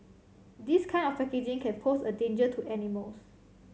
this kind of packaging can pose a danger to animals